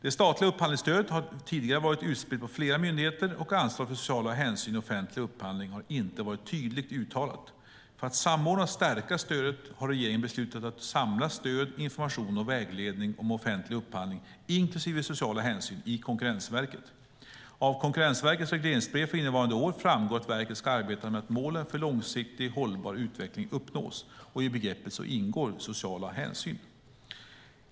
Det statliga upphandlingsstödet har tidigare varit utspritt på flera myndigheter, och ansvaret för sociala hänsyn i offentlig upphandling har inte varit tydligt uttalat. För att samordna och stärka stödet har regeringen beslutat att samla stöd, information och vägledning om offentlig upphandling, inklusive sociala hänsyn, i Konkurrensverket. Av Konkurrensverkets regleringsbrev för innevarande år framgår att verket ska arbeta med att målen för långsiktig hållbar utveckling uppnås. I begreppet ingår sociala hänsyn.